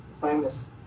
famous